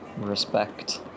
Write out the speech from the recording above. Respect